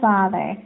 Father